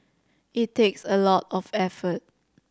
it takes a lot of effort